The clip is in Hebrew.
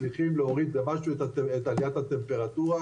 מצליחים להוריד במשהו את עליית הטמפרטורה,